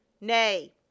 Nay